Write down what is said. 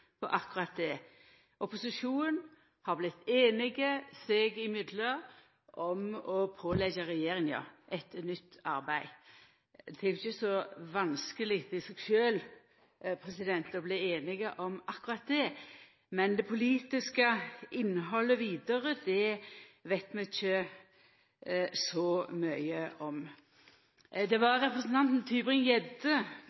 på akkurat det. Opposisjonen har vorte einig seg imellom om å påleggja regjeringa eit nytt arbeid. Det er ikkje så vanskeleg i seg sjølv å bli einige om akkurat det, men det politiske innhaldet vidare veit vi ikkje så mykje om. Det